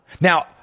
Now